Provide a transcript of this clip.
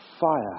Fire